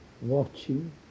Watching